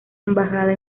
embajada